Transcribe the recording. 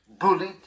bullied